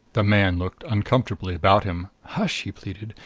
the man looked uncomfortably about him. hush! he pleaded.